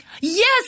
Yes